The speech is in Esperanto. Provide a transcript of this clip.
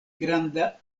granda